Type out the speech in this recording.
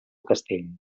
castell